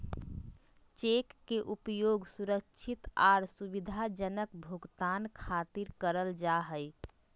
cheque के उपयोग सुरक्षित आर सुविधाजनक भुगतान खातिर करल जा हय